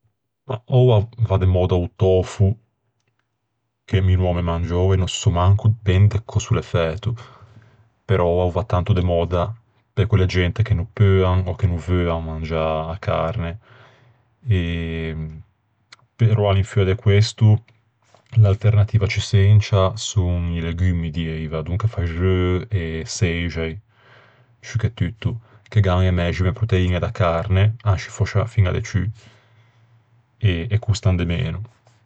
Oua va de mòdda o tofu, che mi no ò mangiou e no sò manco ben de cös'o l'é fæto. Però o va tanto de mòdda pe quelle gente che no peuan ò che no veuan mangiâ a carne. Però à l'infeua de questo l'alternativa ciù sencia son i legummi dieiva, donca faxeu e çeixai ciù che tutto, che gh'an e mæxime proteiñe da carne e costan de meno.